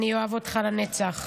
אני אוהב אותך לנצח..